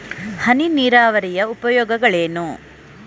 ಹನಿ ನೀರಾವರಿಯ ಉಪಯೋಗಗಳೇನು?